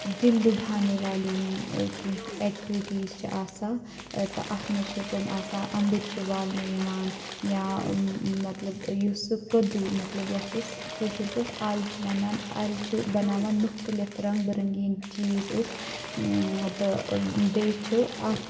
دِل لُبانے والی یِم کینٛہہ ایکٹوٹیٖز چھِ آسان تہٕ اتھ منٛز چھِ تم آسان أمبر چھِ والنہٕ یِوان یا مطلب یُس سُہ کدوٗ مطلب یتھ أسۍ کٲشر پٲٹھۍ ال چھِ وَنان الہِ چھِ بَناوان مختلف رنگ بہِ رنٚگیٖن چیٖز أسۍ تہٕ بیٚیہِ چھُ اتھ